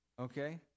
okay